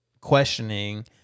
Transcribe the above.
questioning